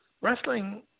wrestling